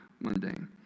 mundane